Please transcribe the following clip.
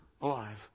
alive